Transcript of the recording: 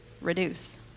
reduce